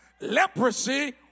leprosy